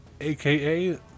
aka